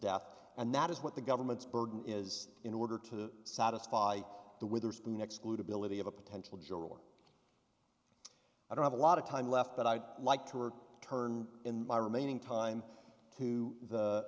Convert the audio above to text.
death and that is what the government's burden is in order to satisfy the witherspoon exclude ability of a potential juror or i don't have a lot of time left but i'd like to turn in my remaining time to the